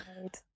right